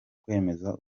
kwemeza